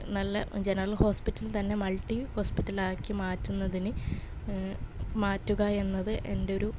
നല്ല general hospital തന്നെ multi ഹോസ്പിറ്റലാക്കി മാറ്റ്ന്നതിന് മാറ്റുക എന്നത് എൻറ്റൊരു